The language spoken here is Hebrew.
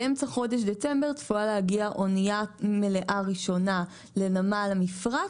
באמצע חודש דצמבר צפויה להגיע אונייה מלאה ראשונה לנמל המפרץ,